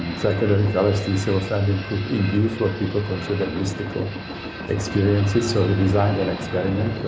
psychedelic lsd, psilocybin could induce what people considered mystical experiences sort of designed and experiment where